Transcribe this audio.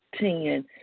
Ten